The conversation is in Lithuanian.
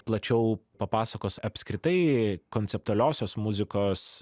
plačiau papasakos apskritai konceptualiosios muzikos